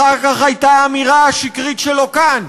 אחר כך הייתה האמירה השקרית שלו כאן,